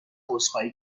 عذرخواهی